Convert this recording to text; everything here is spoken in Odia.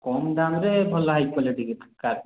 କମ୍ ଦାମ୍ରେ ଭଲ ହାଇ କ୍ୱାଲିଟି ଟିକେ କାର୍